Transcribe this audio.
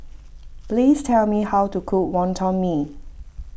please tell me how to cook Wonton Mee